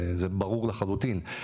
זה ברור לחלוטין,